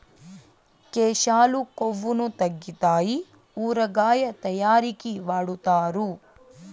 కేశాలు కొవ్వును తగ్గితాయి ఊరగాయ తయారీకి వాడుతారు